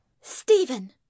Stephen